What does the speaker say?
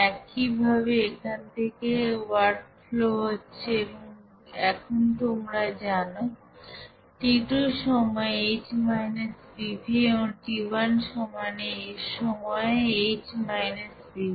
একইভাবে এখান থেকে ওয়ার্ক ফ্লো হচ্ছে এবং এখানে তোমরা জানো t2 সময়ে H - pV এবং t1 সময়ে H - pV